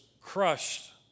crushed